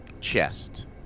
chest